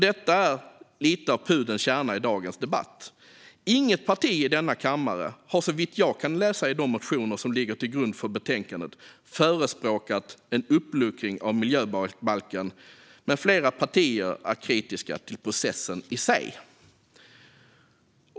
Detta är lite av pudelns kärna i dagens debatt. Inget parti i denna kammare har såvitt jag har kunnat läsa i de motioner som ligger till grund för betänkandet förespråkat en uppluckring av miljöbalken, men flera partier är kritiska till processen i sig.